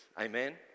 Amen